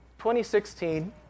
2016